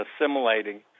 assimilating